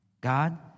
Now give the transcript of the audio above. God